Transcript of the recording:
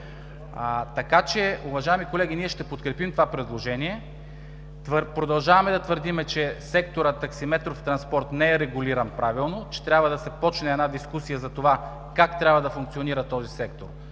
Така че, уважаеми колеги, ние ще подкрепим това предложение. Продължаваме да твърдим, че секторът „Таксиметров транспорт“ не е регулиран правилно, че трябва да се почне една дискусия за това как трябва да функционира този сектор,